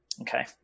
Okay